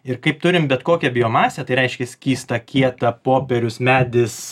ir kaip turim bet kokią biomasę tai reiškia skystą kietą popierius medis